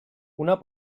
una